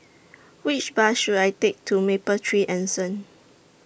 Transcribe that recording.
Which Bus should I Take to Mapletree Anson